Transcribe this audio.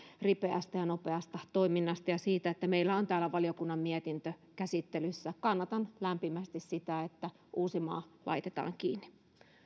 ripeästä ja nopeasta toiminnasta ja siitä että meillä on täällä valiokunnan mietintö käsittelyssä kannatan lämpimästi sitä että uusimaa laitetaan kiinni